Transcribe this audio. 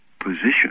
position